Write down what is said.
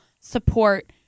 support